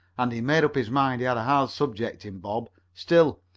and he made up his mind he had a hard subject in bob. still,